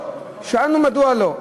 שאלנו: מדוע לא?